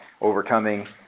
overcoming